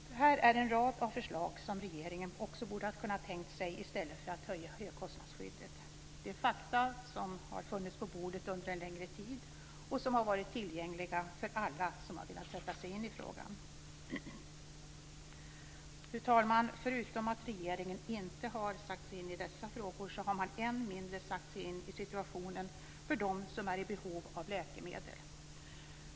Det här är en rad förslag som regeringen borde ha tänkt på i stället för att höja högkostnadsskyddet. Det är fakta som har funnits på bordet under en längre tid och som har varit tillgängliga för alla som har velat sätta sig in i frågan. Fru talman! Regeringen har inte satt sig in i dessa frågor, och man har än mindre satt sig in i situationen för dem som är i behov av läkemedel.